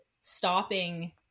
stopping